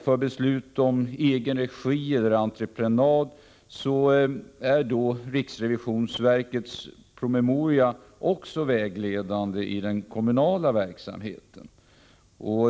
För beslut om egenregi eller entreprenad är riksrevisionsverkets promemoria vägledande också i den kommunala verksamheten.